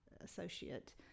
associate